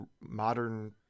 modern